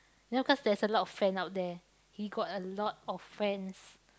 then because there's a lot of friend out there he got a lot of friends